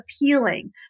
appealing